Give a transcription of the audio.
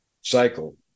cycle